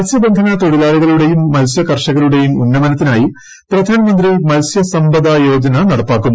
മത്സ്യബന്ധന തൊഴിലാളികളുടേയും മത്സ്യ കർഷകരുടേയും ഉന്നമനത്തിനായി പ്രധാനമന്ത്രി മത്സ്യ സമ്പദാ യോജന നടപ്പാക്കും